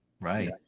Right